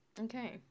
Okay